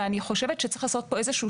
אני חושבת שצריך לעשות פה איזה שהוא